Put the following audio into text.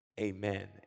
Amen